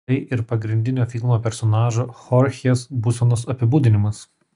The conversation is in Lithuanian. tai ir pagrindinio filmo personažo chorchės būsenos apibūdinimas